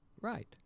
right